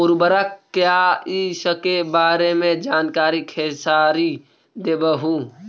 उर्वरक क्या इ सके बारे मे जानकारी खेसारी देबहू?